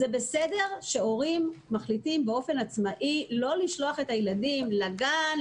זה בסדר שהורים מחליטים באופן עצמאי לא לשלוח את הילדים לגן,